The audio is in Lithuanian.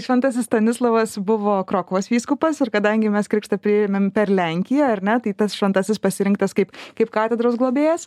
šventasis stanislovas buvo krokuvos vyskupas ir kadangi mes krikštą priėmėm per lenkiją ar ne tai tas šventasis pasirinktas kaip kaip katedros globėjas